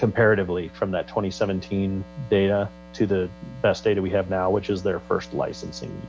comparatively from that twenty seventeen data to the best data we have now which is their first licensing